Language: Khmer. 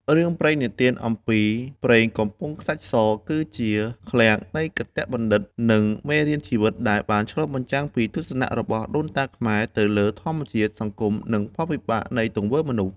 រឿងព្រេងនិទានអំពី "ព្រេងកំពង់ខ្សាច់ស" គឺជាឃ្លាំងនៃគតិបណ្ឌិត និងមេរៀនជីវិត ដែលបានឆ្លុះបញ្ចាំងពីទស្សនៈរបស់ដូនតាខ្មែរទៅលើធម្មជាតិ សង្គម និងផលវិបាកនៃទង្វើមនុស្ស។